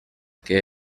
que